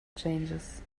changes